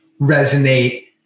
resonate